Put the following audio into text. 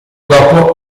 dopo